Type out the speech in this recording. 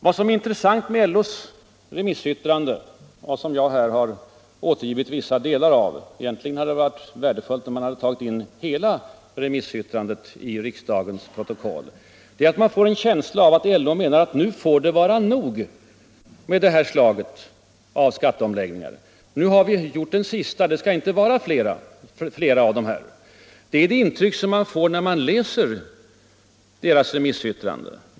Vad som är intressant med LO:s remissyttrande som jag här har återgivit vissa delar av — egentligen hade det varit värdefullt om man hade tagit in hela yttrandet i riksdagens protokoll — är att man får en känsla av att LO menar att nu får det vara nog med det här slaget av skatteomläggningar. Nu har vi gjort den sista, det skall inte vara flera av dem -— det är det intryck som man får när man läser LO:s remissyttrande.